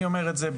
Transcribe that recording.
אני אומר ביושר,